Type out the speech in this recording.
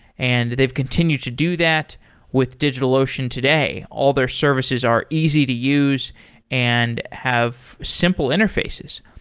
and they've continued to do that with digitalocean today. all their services are easy to use and have simple interfaces.